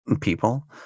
people